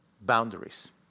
boundaries